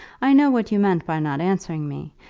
i know what you meant by not answering me.